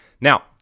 Now